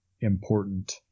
important